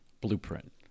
blueprint